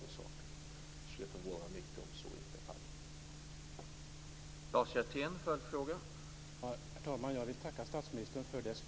Det skulle förvåna mig mycket om så inte är fallet.